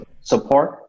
Support